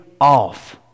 off